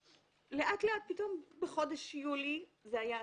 לאט לאט פתאום בחודש יולי, זה היה שיא,